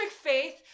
faith